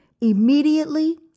immediately